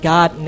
God